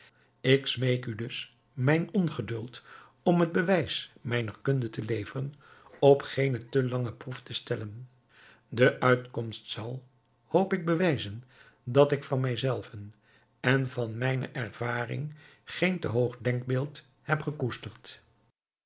ik smeek u dus mijn ongeduld om het bewijs mijner kunde te leveren op geene te lange proef te stellen de uitkomst zal hoop ik bewijzen dat ik van mij zelven en van mijne ervaring geen te hoog denkbeeld heb gekoesterd